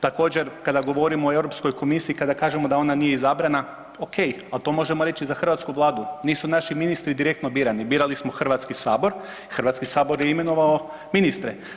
Također kada govorimo o Europskoj komisiji kada kažemo da ona nije izabrana, ali to možemo reći i za hrvatsku Vladu, nisu naši ministri direktno birani, birali smo Hrvatski sabor, Hrvatski sabor je imenovao ministre.